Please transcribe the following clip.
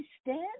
stand